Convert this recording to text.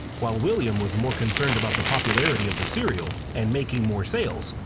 while william was more concerned about the popularity of the cereal and making more sales,